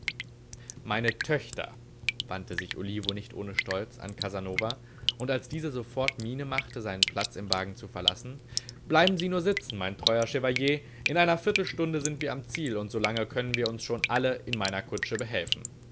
meine töchter wandte sich olivo nicht ohne stolz an casanova und als dieser sofort miene machte seinen platz im wagen zu verlassen bleiben sie nur sitzen mein teurer chevalier in einer viertelstunde sind wir am ziel und so lange können wir uns schon alle in meiner kutsche behelfen